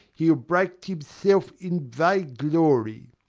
he'll break't himself in vainglory.